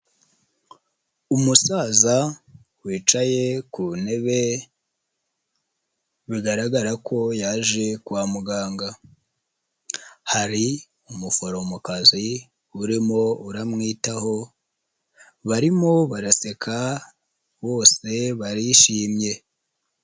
Umusaza wicaye ku ntebe bigaragara ko yaje kwa muganga, hari umuforomokazi urimo uramwitaho, barimo baraseka bose barishimye.